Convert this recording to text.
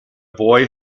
boy